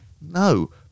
No